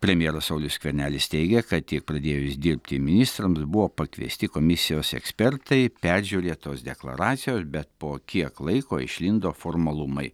premjeras saulius skvernelis teigia kad tik pradėjus dirbti ministrams buvo pakviesti komisijos ekspertai peržiūrėtos deklaracijos bet po kiek laiko išlindo formalumai